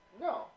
No